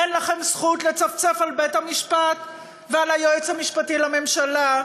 אין לכם זכות לצפצף על בית-המשפט ועל היועץ המשפטי לממשלה,